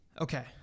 Okay